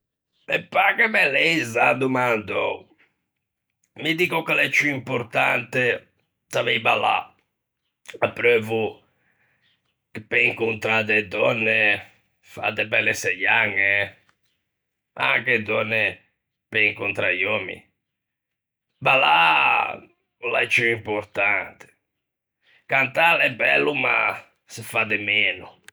Me pa che me l'ei za domandou, mi diggo che l'é ciù importante savei ballâ apreuvo che pe incontrâ de dònne, fâ de belle seiañe, ma anche e dònne pe incontrâ i òmmi, ballâ o l'é ciù importante, cantâ l'é bello ma se fa de meno.